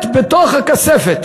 מת בתוך הכסף.